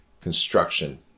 construction